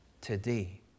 today